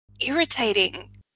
irritating